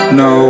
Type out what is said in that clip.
no